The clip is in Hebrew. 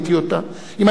אם היתה אומרת לי שאסור,